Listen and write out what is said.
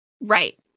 Right